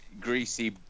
greasy